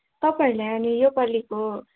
तपाईँहरूले अनि योपालिको